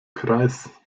kreis